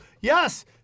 Yes